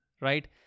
right